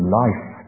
life